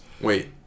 Wait